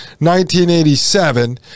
1987